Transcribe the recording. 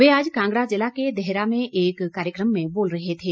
वे आज कांगड़ा जिला के देहरा में एक कार्यक्रम में बोल रहे थे